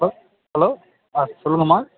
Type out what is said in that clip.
hello hello ஆ சொல்லுங்கம்மா